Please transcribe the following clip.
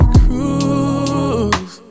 cruise